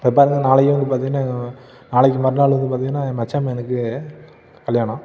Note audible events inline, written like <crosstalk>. <unintelligible> நாளைக்கு வந்து பார்த்திங்கன்னா நாளைக்கு மறுநாள் வந்து பார்த்திங்கன்னா என் மச்சான் பையனுக்கு கல்யாணம்